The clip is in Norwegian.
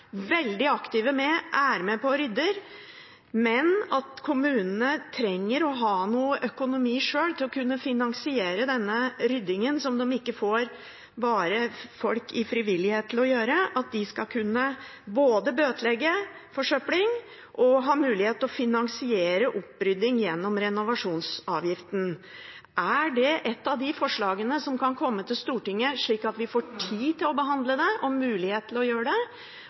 veldig aktive og er med på å rydde – trenger å ha en økonomi sjøl for å finansiere den ryddingen som de ikke får folk i frivilligheten til å gjøre, og at de skal kunne både bøtelegge forsøpling og ha mulighet til å finansiere opprydding gjennom renovasjonsavgiften? Er det et av de forslagene som kan komme til Stortinget, slik at vi får tid til å behandle det og mulighet til å gjøre det?